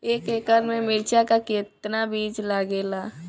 एक एकड़ में मिर्चा का कितना बीज लागेला?